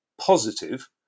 positive